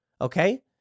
Okay